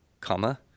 comma